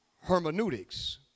hermeneutics